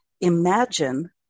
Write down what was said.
Imagine